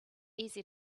easy